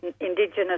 Indigenous